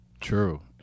True